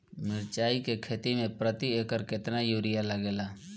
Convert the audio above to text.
मिरचाई के खेती मे प्रति एकड़ केतना यूरिया लागे ला?